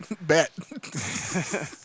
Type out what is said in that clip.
Bet